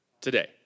today